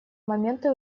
моменты